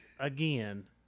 Again